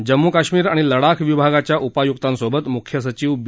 जम्मू कश्मिर आणि लडाख विभागाच्या उपायुक्तांबरोबर मुख्य सचिव बी